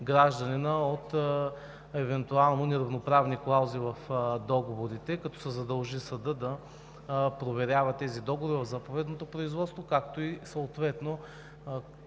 от евентуално неравноправни клаузи в договорите, като се задължи съдът да проверява тези договори в заповедното производството, както и съответно